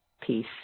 peace